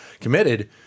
committed